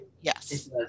Yes